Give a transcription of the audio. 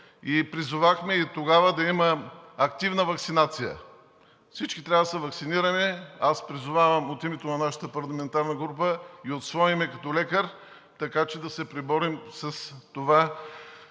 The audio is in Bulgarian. призовахме да има активна ваксинация. Всички трябва да се ваксинираме – призовавам от името на нашата парламентарна група и от свое име като лекар, така че да се преборим с това